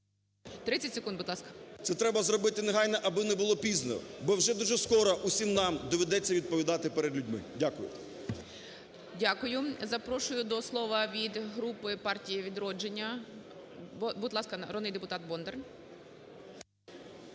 Це треба зробити негайно, аби не було пізно, бо вже дуже скоро всім нам доведеться відповідати перед людьми. Дякую. ГОЛОВУЮЧИЙ. Дякую. Запрошую до слова від групи партії "Відродження", будь ласка, народний депутат Бондар.